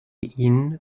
ihn